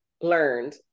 learned